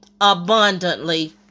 abundantly